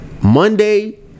Monday